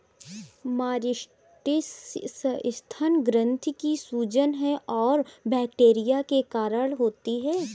mastitis स्तन ग्रंथि की सूजन है और बैक्टीरिया के कारण होती है